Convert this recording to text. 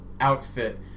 outfit